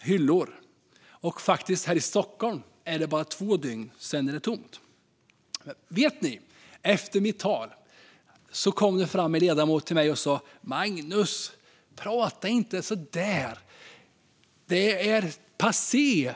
hyllor, och här i Stockholm tar det bara två dygn tills det är tomt. Efter mitt tal kom det fram en ledamot till mig och sa: Magnus, prata inte så där! Det är passé.